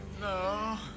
No